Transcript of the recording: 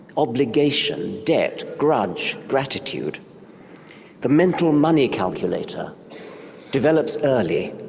obligation, debt, grudge, gratitude the mental money calculator develops early,